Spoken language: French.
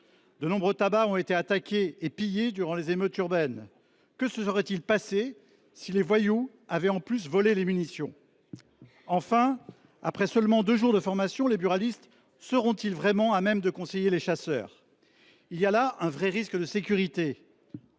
De nombreux tabacs ont été attaqués et pillés durant les émeutes urbaines. Que se serait il passé si les voyous avaient en plus volé les munitions ? Après seulement deux jours de formation, les buralistes seront ils vraiment à même de conseiller les chasseurs ? Il y a là un vrai risque de sécurité